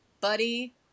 buddy